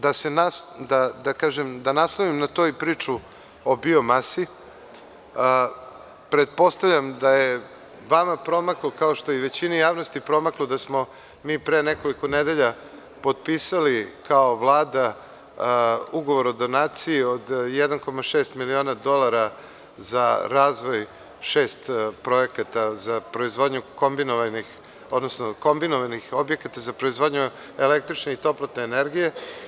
Da naslonim na to priču o biomasi, a pretpostavljam da je vam promaklo, kao što je i većini javnosti promaklo da smo mi pre nekoliko nedelja potpisali kao Vlada Ugovor o donaciji od 1,6 miliona dolara za razvoj šest projekata, za proizvodnju kombinovanih objekata, za proizvodnju električne i toplotne energije.